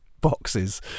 boxes